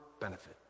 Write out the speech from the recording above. benefit